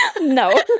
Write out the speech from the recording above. no